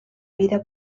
vida